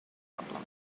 problem